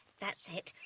that's it.